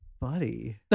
buddy